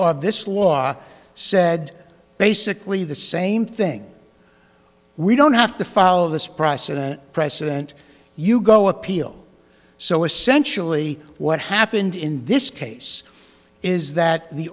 of this law said basically the same thing we don't have to follow this process precedent you go appeal so essentially what happened in this case is that the